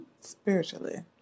spiritually